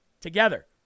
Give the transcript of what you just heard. together